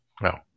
No